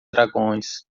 dragões